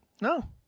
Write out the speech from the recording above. No